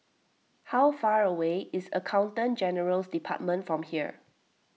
how far away is Accountant General's Department from here